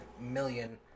million